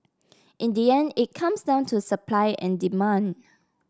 in the end it comes down to supply and demand